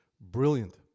Brilliant